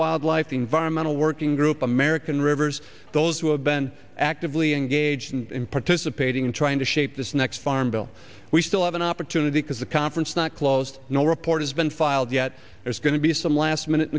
wildlife environmental working group american rivers those who have been actively engaged in participating in trying to shape this next farm bill we still have an opportunity because the conference not closed no report has been filed yet there's going to be some last minute